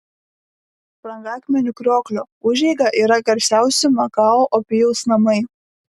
brangakmenių krioklio užeiga yra garsiausi makao opijaus namai